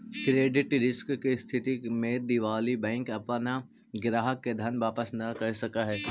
credit risk के स्थिति में दिवालि बैंक अपना ग्राहक के धन वापस न कर सकऽ हई